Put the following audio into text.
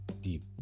deep